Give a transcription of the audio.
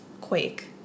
Quake